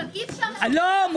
אבל אי אפשר --- לא.